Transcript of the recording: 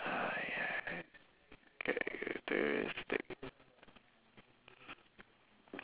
characteristic